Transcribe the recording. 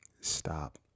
stop